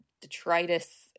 detritus